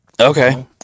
Okay